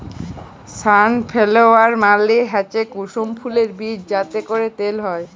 sunflower মালে হচ্যে কুসুম ফুলের বীজ যাতে ক্যরে তেল হ্যয়